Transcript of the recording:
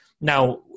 now